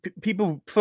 people –